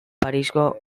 parisko